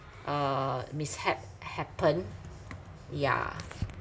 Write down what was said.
uh mishap happened yeah